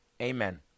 Amen